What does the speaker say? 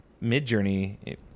mid-journey